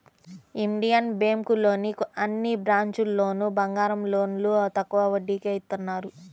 Indian బ్యేంకులోని అన్ని బ్రాంచీల్లోనూ బంగారం లోన్లు తక్కువ వడ్డీకే ఇత్తన్నారు